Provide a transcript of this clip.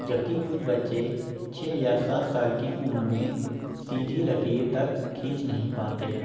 جبکہ کچھ بچے چھ یا سات سال کی عمر میں سیدھی لکیر تک کھینچ نہیں پاتے